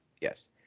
Yes